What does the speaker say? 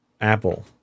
Apple